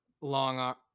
long